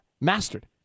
Mastered